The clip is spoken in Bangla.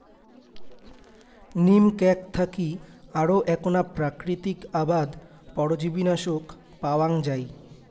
নিম ক্যাক থাকি আরো এ্যাকনা প্রাকৃতিক আবাদ পরজীবীনাশক পাওয়াঙ যাই